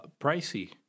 pricey